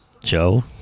Joe